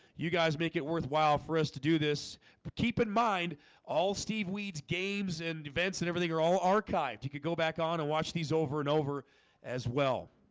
you guys make it worthwhile for us to do this but keep in mind all steve weeds games and events and everything are all archived you could go back on and watch these over and over as well